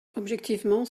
objectivement